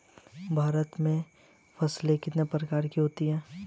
भारत में फसलें कितने प्रकार की होती हैं?